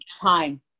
time